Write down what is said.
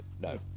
no